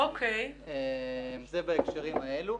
זה בהקשרים האלו.